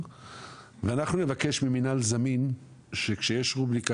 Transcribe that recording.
ואנחנו נבקש ממינהל זמין שכשיש רובריקה